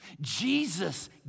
Jesus